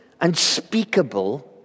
unspeakable